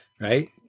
right